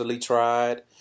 tried